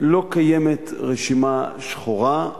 לא קיימת רשימה שחורה,